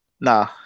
Nah